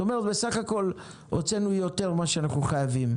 את אומרת: בסך הכול הוצאנו יותר ממה שאנחנו חייבים.